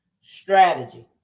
strategy